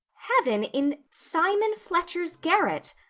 heaven in. simon fletcher's garret!